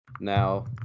Now